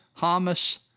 Hamas